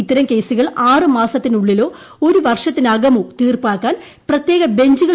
ഇത്തരം കേസുകൾ ആറ് മാസത്തിനുള്ളിലോ ഒരു വർഷത്തിനകമോ തീർപ്പാക്കാൻ പ്രത്യേക ബഞ്ചുകൾ